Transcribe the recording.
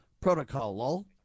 Protocol